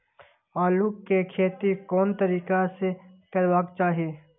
आलु के खेती कोन तरीका से करबाक चाही?